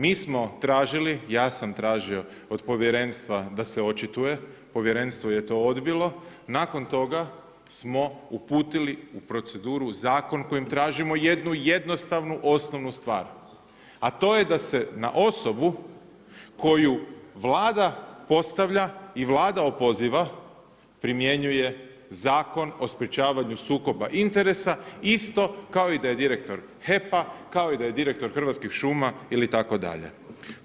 Mi smo tražili, ja sam tražio od povjerenstva za se očituje, povjerenstvo je to odbilo, nakon toga smo uputili u proceduru zakon kojim tražimo jednu jednostavnu osnovu stvar a to je da se na osobu koju Vlada postavlja i Vlada opoziva, primjenjuje Zakon o sprječavanju sukoba interesa isto kao i da je direktor HEP-a, kao i da je direktor Hrvatskih šuma ili itd.